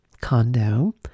condo